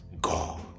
God